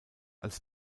als